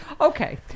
Okay